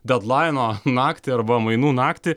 dedlaino naktį arba mainų naktį